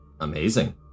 Amazing